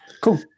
Cool